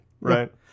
right